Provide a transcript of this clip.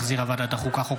של חבר הכנסת מאיר כהן